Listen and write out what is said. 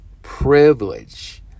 privilege